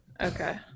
Okay